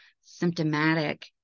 symptomatic